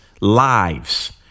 lives